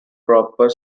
proper